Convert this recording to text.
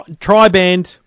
Tri-band